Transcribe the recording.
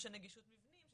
ומורשי נגישות מבנים,